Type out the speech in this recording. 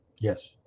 Yes